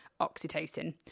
oxytocin